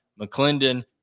McClendon